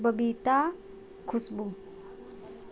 Babita Khushboo